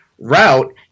route